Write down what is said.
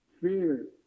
fear